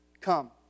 Come